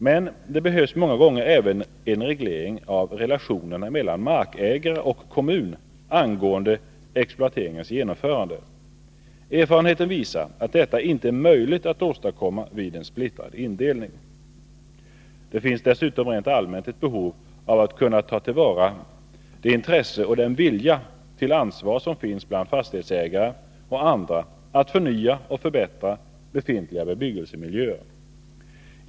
Men det behövs många gånger även en reglering av relationerna mellan markägare och kommun angående exploateringens genomförande. Erfarenheten visar att detta inte är möjligt att åstadkomma vid en splittrad indelning. Det finns dessutom rent allmänt ett behov av att kunna ta till vara det intresse och den vilja till ansvar som finns bland fastighetsägare och andra att förnya och förbättra befintliga bebyggelsemiljöer.